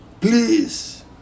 please